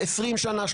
20 שנה,